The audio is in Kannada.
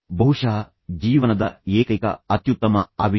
ಬಹುಶಃ ಜೀವನದ ಏಕೈಕ ಅತ್ಯುತ್ತಮ ಆವಿಷ್ಕಾರ